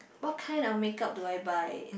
what kinds of makeup do I buy